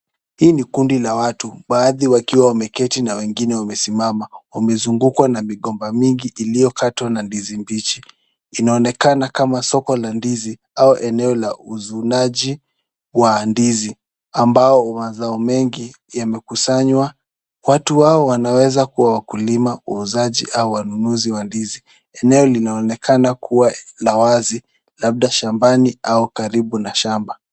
Hii ni kundi la watu. Baadhi wakiwa wameketi na wengine wamesimama. Wamezungukwa na migomba mingi iliyokatwa na ndizi mbichi. Inaonekana kama soko la ndizi au eneo la uzunaji wa ndizi ambao mazao mengi yamekusanywa. Watu hao wanaweza kuwa wakulima, wauzaji au wanunuzi wa ndizi. Eneo linaonekana la wazi labda shambani au karibu na shamba.